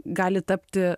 gali tapti